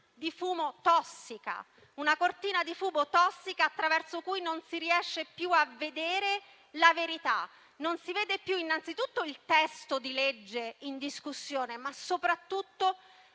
di fumo tossica. Una cortina di fumo tossica, attraverso cui non si riesce più a vedere la verità. Non si vede più, innanzitutto, il testo di legge in discussione, ma soprattutto